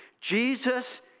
Jesus